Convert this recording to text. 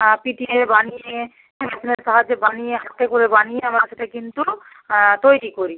পিটিয়ে বানিয়ে মেশিনের সাহায্যে বানিয়ে হাতে করে বানিয়ে আমরা সেটা কিন্তু তৈরি করি